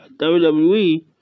WWE